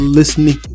listening